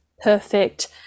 perfect